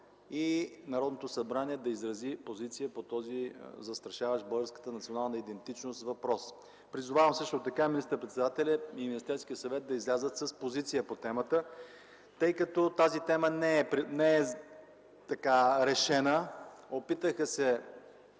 и Народното събрание да изрази позиция по този застрашаващ българската национална идентичност въпрос. Призовавам също така министър-председателят и Министерският съвет да излязат с позиция по темата, тъй като тази тема не е решена. Опитаха се